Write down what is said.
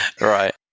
Right